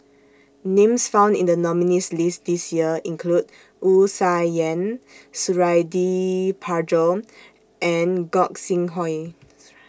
Names found in The nominees' list This Year include Wu Tsai Yen Suradi Parjo and Gog Sing Hooi